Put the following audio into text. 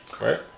right